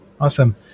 Awesome